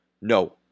No